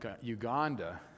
Uganda